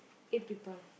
eight people